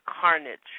carnage